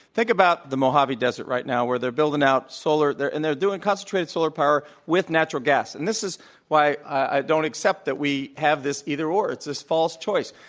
think about the mohave desert right now where they're building out solar and they're doing concentrated solar power with natural gas, and this is why i don't accept that we have this either or. it's this false choice.